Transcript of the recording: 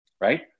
right